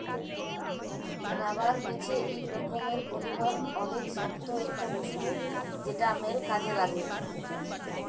rubber হচ্যে ইক রকমের পলিমার অলেক শক্ত ইকটা বস্তু যেটা ম্যাল কাজে লাগ্যে